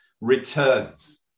returns